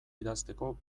idazteko